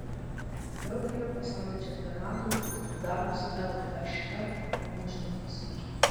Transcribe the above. daugelio pasaulio čempionatų tikslios datos lšf dar nežinomos